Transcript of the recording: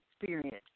experience